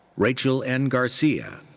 rachel n. garcia.